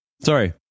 Sorry